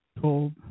told